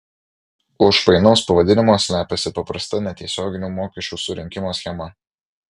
už painaus pavadinimo slepiasi paprasta netiesioginių mokesčių surinkimo schema